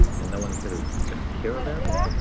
and no one's going to kind of care about it,